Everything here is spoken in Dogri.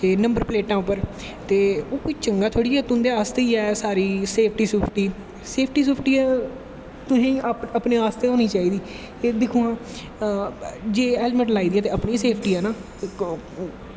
नंबर पलेटैं उप्पर ते ओह् कोई चंगा तोड़ी ऐ तुंदे आस्तै ई ऐ सारी सेफ्टी सूफ्टी तुसें अपनें आस्ते होनीं चाही दी एह् दिखमां जे हैल्मट लाई दी ऐ तां अपनी सेफ्टी ऐ हैना